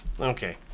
Okay